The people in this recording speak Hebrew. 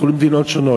הלכו למדינות שונות,